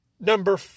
number